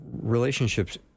relationships